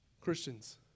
Christians